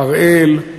אראל,